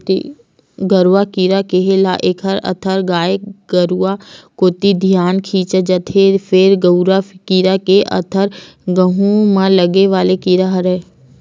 गरुआ कीरा केहे ल एखर अरथ गाय गरुवा कोती धियान खिंचा जथे, फेर गरूआ कीरा के अरथ गहूँ म लगे वाले कीरा हरय